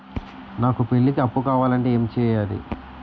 నాకు పెళ్లికి అప్పు కావాలంటే ఏం చేయాలి?